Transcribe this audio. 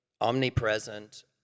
omnipresent